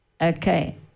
okay